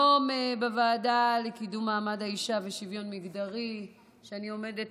בוועדה לקידום מעמד האישה ושוויון מגדרי שאני עומדת